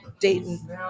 Dayton